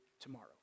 tomorrow